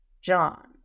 John